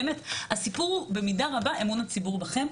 הסיפור במידה רבה הוא אמון הציבור בכם.